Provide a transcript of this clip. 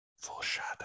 foreshadow